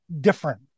different